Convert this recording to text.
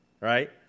right